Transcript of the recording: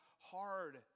hard